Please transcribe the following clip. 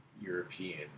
European